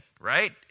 right